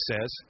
says